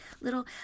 little